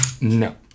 No